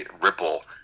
ripple